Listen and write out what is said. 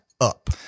up